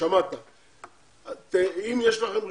אם יש לכם ריכוז,